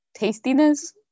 tastiness